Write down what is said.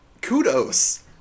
kudos